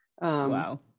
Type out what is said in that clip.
wow